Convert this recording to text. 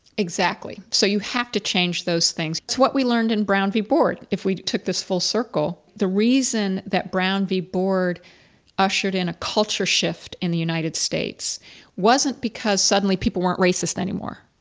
exactly. so, you have to change those things to what we learned in brown v board. if we took this full circle, the reason that brown v board ushered in a culture shift in the united states wasn't because suddenly people weren't racist anymore,